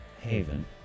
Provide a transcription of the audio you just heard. Haven